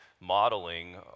modeling